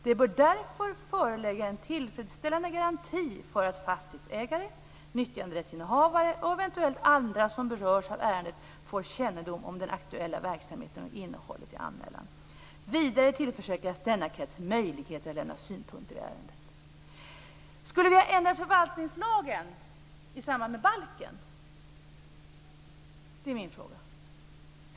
Det bör därför föreligga en tillfredsställande garanti för att fastighetsägare, nyttjanderättsinnehavare och eventuellt andra som berörs av ärendet får kännedom om den aktuella verksamheten och innehållet i anmälan. Vidare tillförsäkras denna krets möjligheter att lämna synpunkter i ärendet. Skulle vi ha ändrat förvaltningslagen i samband med balken? Det är min fråga.